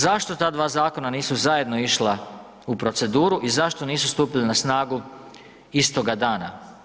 Zašto ta dva zakona nisu zajedno išla u proceduru i zašto nisu stupili na snagu istoga dana?